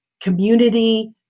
community